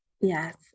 Yes